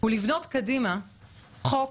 לבנות קדימה חוק